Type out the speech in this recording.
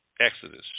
Exodus